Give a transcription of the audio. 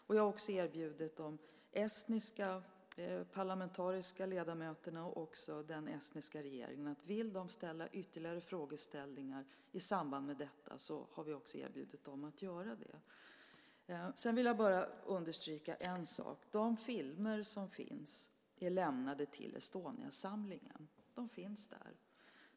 Vi har också erbjudit de estniska parlamentariska ledamöterna och den estniska regeringen att ställa ytterligare frågor i samband med detta. Jag vill bara understryka en sak. De filmer som finns är lämnade till Estoniasamlingen - de finns där.